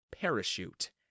parachute